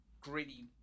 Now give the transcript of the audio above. gritty